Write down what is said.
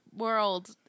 World